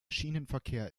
schienenverkehr